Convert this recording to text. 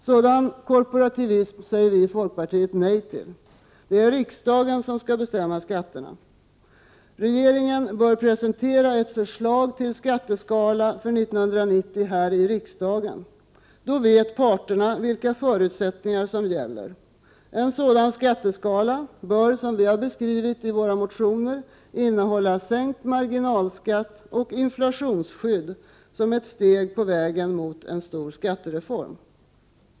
Sådan korporativism säger vi i folkpartiet nej till. Det är riksdagen som skall bestämma skatterna. Regeringen bör presentera ett förslag till skatteskala för 1990 här i riksdagen. Då vet parterna vilka förutsättningar som gäller. En sådan skatteskala bör, som vi har beskrivit i våra motioner, innehålla sänkt marginalskatt och inflationsskydd som ett steg på vägen mot en stor skattereform.